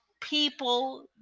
people